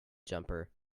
jumper